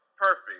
perfect